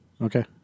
Okay